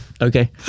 Okay